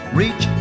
reach